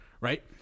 Right